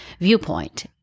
viewpoint